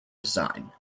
design